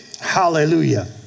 Hallelujah